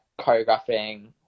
choreographing